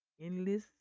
endless